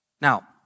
Now